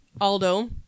Aldo